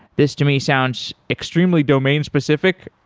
this to me sounds extremely domain specific.